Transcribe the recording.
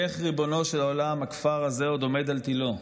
איך, ריבונו של עולם, הכפר הזה עוד עומד על תילו?